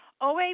OA